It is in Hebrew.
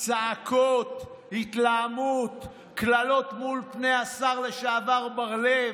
צעקות, התלהמות, קללות מול פני השר לשעבר בר לב.